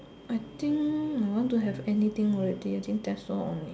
I think my one don't have anything already I think that's all only